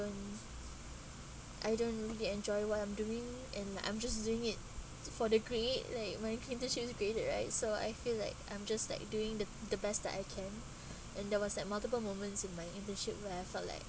I don't get enjoy what I'm doing and I'm just doing it for the grade right my internship is graded right so I feel like I'm just like doing the the best that I can and there was like multiple moments in my internship where I felt like